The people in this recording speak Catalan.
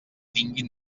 tinguin